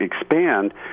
expand